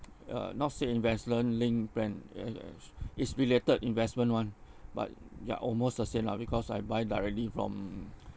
uh not say investment linked plan is related investment one but ya almost the same lah because I buy directly from